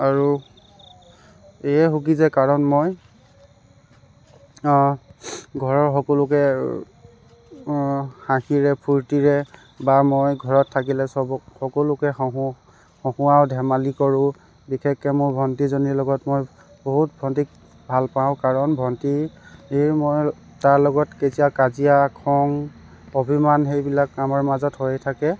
আৰু এয়ে সুখী যে কাৰণ মই ঘৰৰ সকলোকে হাঁহিৰে ফূৰ্তিৰে বা মই ঘৰত থাকিলে চবক সকলোকে হাঁহো হঁহুৱাও ধেমালি কৰো বিশেষকৈ মোৰ ভণ্টিজনীৰ লগত মই বহুত ভণ্টিক ভাল পাওঁ কাৰণ ভণ্টি সেয়ে মোৰ তাৰ লগত কেতিয়াও কাজিয়া খং অভিমান সেইবিলাক আমাৰ মাজত হৈয়ে থাকে